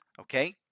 Okay